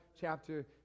chapter